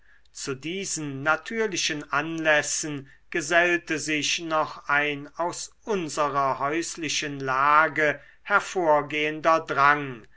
zu diesen natürlichen anlässen gesellte sich noch ein aus unserer häuslichen lage hervorgehender drang